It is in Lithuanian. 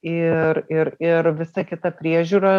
ir ir ir visa kita priežiūra